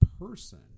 person